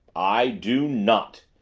i do not!